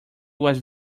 was